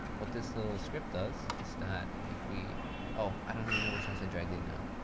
what this little script does is that if we oh, i don't even know which ones i dragged in now.